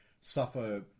suffer